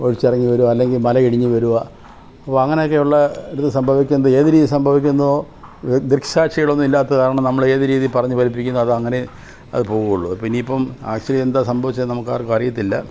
ഒലിച്ചിറങ്ങി വരുക അല്ലെങ്കില് മലയിടിഞ്ഞ് വരുക അപ്പോള് അങ്ങനയൊക്കെയുള്ളിടത്ത് സംഭവിക്കുന്നത് ഏത് രീതി സംഭവിക്കുന്നോ ദൃക്സാക്ഷികളൊന്നുമില്ലാത്തതു കാരണം നമ്മളേത് രീതി പറഞ്ഞ് ഫലിപ്പിക്കുന്നുവോ അതങ്ങനെയേ അത് പോവുകയുളളു അപ്പിനിപ്പം ആഷൊലി എന്താ സംഭവിച്ചതെന്ന് നമുക്കാർക്കുമറിയത്തില്ല